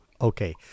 Okay